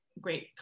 great